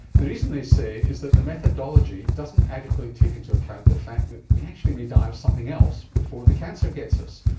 the reason, they say, is that the methodology doesn't adequately take into account the fact that we actually may die of something else before the cancer gets us,